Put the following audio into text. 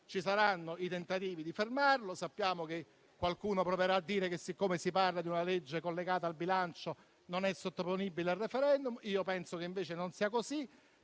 ci saranno tentativi di fermarlo e che qualcuno proverà a dire che, siccome si parla di una legge collegata al bilancio, non è sottoponibile al *referendum*. Io penso, invece, che non sia così,